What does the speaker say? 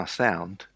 sound